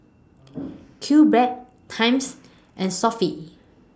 Q Bread Times and Sofy